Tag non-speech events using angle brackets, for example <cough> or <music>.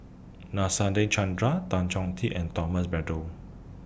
<unintelligible> Chandra Tan Chong Tee and Thomas Braddell